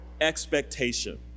expectation